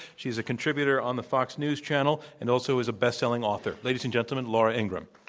she is a contributor on the fox news channel and also is a best-selling author. ladies and gentlemen, laura ingraham.